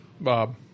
Bob